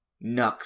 Nux